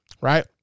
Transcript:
right